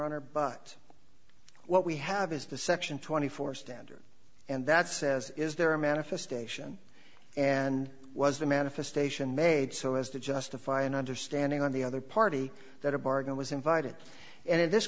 but what we have is the section twenty four standard and that says is there a manifestation and was the manifestation made so as to justify an understanding on the other party that a bargain was invited and in this